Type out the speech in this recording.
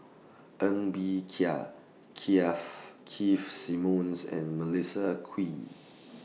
Ng Bee Kia Kia Keith Simmons and Melissa Kwee